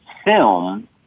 film